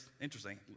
interesting